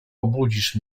obudzisz